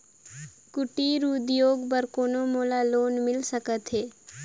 कुटीर उद्योग बर कौन मोला लोन मिल सकत हे?